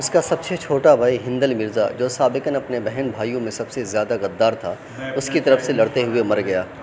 اس کا سب سے چھوٹا بھائی ہندل مرزا جو سابقاً اپنے بہن بھائیوں میں سب سے زیادہ غدار تھا اس کی طرف سے لڑتے ہوئے مر گیا